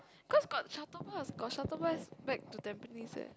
because got shuttle bus got shuttle bus back to tampines eh